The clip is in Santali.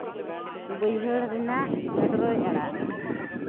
ᱵᱟᱹᱭᱦᱟᱹᱲ ᱨᱮᱭᱟᱜ ᱜᱟᱫᱽᱨᱚᱭ ᱟᱲᱟᱜ